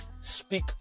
speak